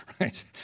right